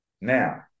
now